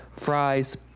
Fries